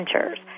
ventures